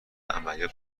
عملیات